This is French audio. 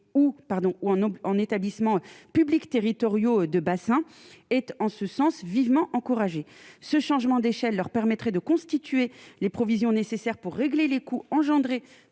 non en établissements publics territoriaux de bassin et tu en ce sens, vivement encouragé ce changement d'échelle leur permettrait de constituer les provisions nécessaires pour régler les coûts engendrés